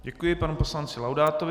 Děkuji panu poslanci Laudátovi.